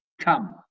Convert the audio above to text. Come